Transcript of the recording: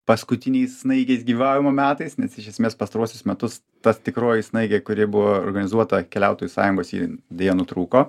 paskutiniais snaigės gyvavimo metais nes iš esmės pastaruosius metus ta tikroji snaigė kuri buvo organizuota keliautojų sąjungos ji deja nutrūko